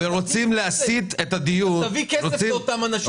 ורוצים להסיט את הדיור --- אז תביא כסף לאותם אנשים.